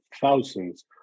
thousands